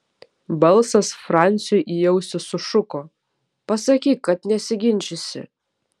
balsas franciui į ausį sušuko pasakyk kad nesiginčysi